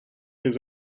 his